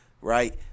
right